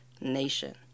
Nation